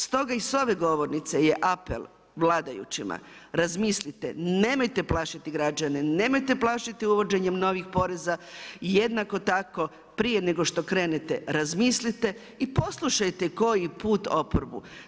Stoga i s ove govornice je apel vladajućima, razmislite, nemojte plašiti građane, nemojte plašiti uvođenjem novih poreza i jednako tako prije nego što krenete razmislite i poslušajte koju put oporbu.